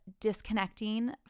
disconnecting